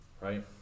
Right